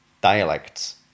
dialects